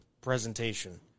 presentation